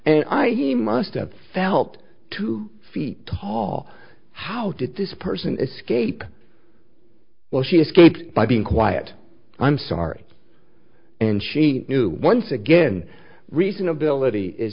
and i he must have felt two feet tall how did this person escape while she escaped by being quiet i'm sorry and she knew once again reasonability is